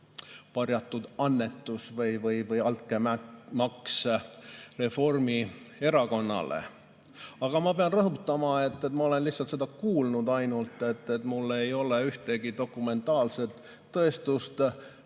varjatud annetus või altkäemaks Reformierakonnale. Aga ma pean rõhutama, et ma olen seda lihtsalt kuulnud, mul ei ole ühtegi dokumentaalset tõestust